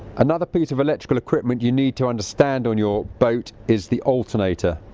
another piece of electrical equipment you need to understand on your boat is the alternator.